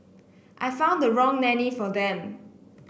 I found the wrong nanny for them